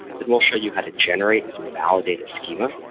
then we'll show you how to generate and validate a schema.